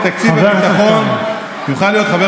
המשותפת לתקציב הביטחון יוכל להיות חבר